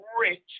rich